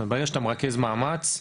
ברגע שאתה מרכז מאמץ,